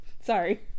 Sorry